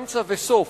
אמצע וסוף.